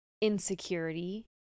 insecurity